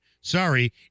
Sorry